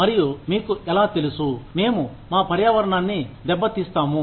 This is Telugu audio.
మరియు మీకు ఎలా తెలుసు మేము మా పర్యావరణాన్ని దెబ్బతీస్తాము